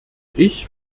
ich